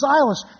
Silas